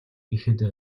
гэхэд